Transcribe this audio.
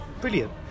brilliant